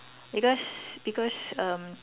because because um